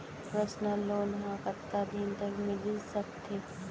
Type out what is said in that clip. Personal loan ह कतका तक मिलिस सकथे?